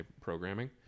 programming